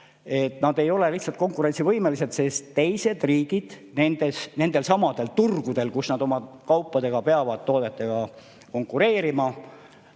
Nad ei ole lihtsalt konkurentsivõimelised, sest teised riigid nendelsamadel turgudel, kus nad oma kaupade ja toodetega peavad konkureerima,